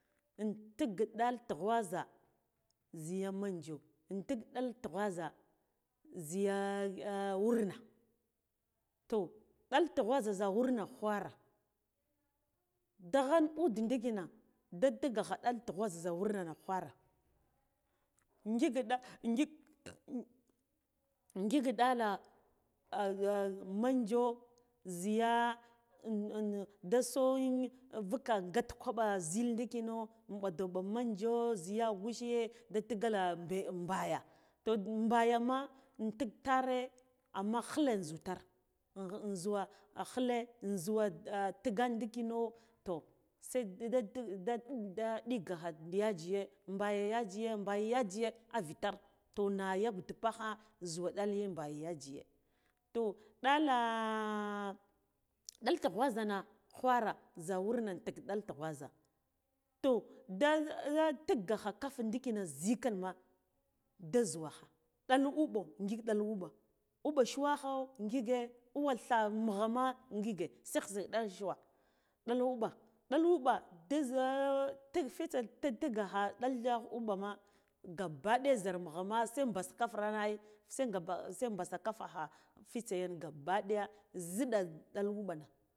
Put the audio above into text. Intik ɗala tughwazha zhiya manjo intak ɗala tughwazha zhiya urna to ɗal tughwazha zha wurna ghwara daghan ude ndikina da tikghaka ɗal tughwas zha wurna ghwara ngik ɗa ngik ɗala manjo zhiya daso vuka gat kwaɓo zhi ndikino ɓadoɓa manjo zhiya agushiye da digalla mbe mɓaya to mɓayama intik tare amma nghile zhu tar inzhuwa nghile inzhu tigane ndikino toh se da nɗigakha ɗi yajiye mɗaya yajiye mbiya yajiye avitar toh na ya gudubaha zhuwa ɗal mɓaya yajiya to ɗala ɗala tughwasana ghwara zha wurna ntik ɗal tughwasa toh da da tig gakha kaf dikina zhik kin ma da zhuwakha ɗal ɓuɓo ngik ɗal mɓuɓo mɓuba shuwagho ngige mɓuɓo ɗha mughama ngige sishgshigh ɗal shuwa ɗal mɓuɓa da mɓuɓa dal mɓuɓa da zha tik fitse ta tiggaha ɗal da ghuɓama gabba daja zhar mugha ma se bar bas kafe rana ai se gaba se ɓasa kafa cha fitse yan gaba daya zhiɗa ɗan mɓuɓa na.